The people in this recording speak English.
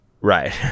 Right